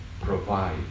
provide